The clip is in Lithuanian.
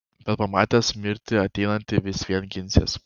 bet pamatęs mirtį ateinant vis vien ginsies